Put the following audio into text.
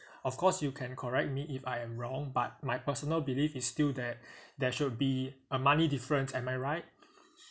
of course you can correct me if I am wrong but my personal belief is still there there should be a money difference am I right